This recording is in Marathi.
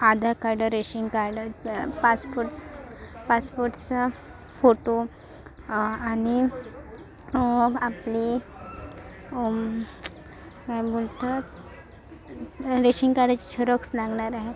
आधार कार्ड रेशन कार्ड पासपोर्ट पासपोर्टचा फोटो आणि आपली काय बोलतात रेशन कार्डाची झेरॉक्स लागणार आहे